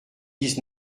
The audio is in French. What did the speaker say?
dix